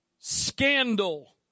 scandal